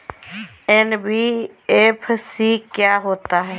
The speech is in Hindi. एन.बी.एफ.सी क्या होता है?